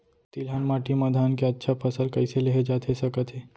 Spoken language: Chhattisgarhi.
तिलहन माटी मा धान के अच्छा फसल कइसे लेहे जाथे सकत हे?